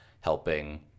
helping